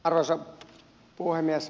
arvoisa puhemies